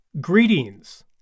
Greetings